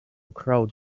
crowd